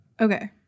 Okay